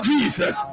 Jesus